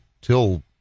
till